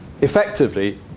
effectively